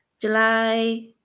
july